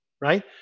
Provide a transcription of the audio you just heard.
right